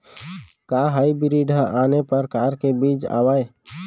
का हाइब्रिड हा आने परकार के बीज आवय?